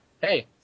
Hey